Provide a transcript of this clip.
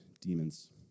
demons